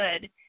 good